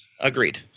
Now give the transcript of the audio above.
Agreed